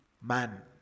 man